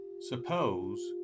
Suppose